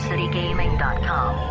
Citygaming.com